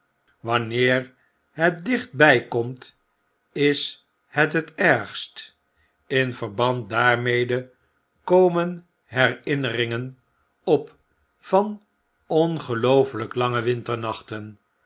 wanneer het dichtby komt is het het ergst in verband daarmede komen herinnoringen op van ongelooflp lange